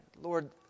Lord